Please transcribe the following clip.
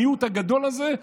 המיעוט הגדול הזה,